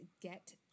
get